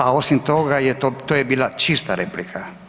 A osim toga, to je bila čista replika.